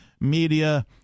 media